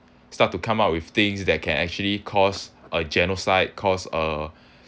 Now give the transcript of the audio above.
start to come up with things that can actually cause a genocide cause a